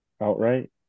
Outright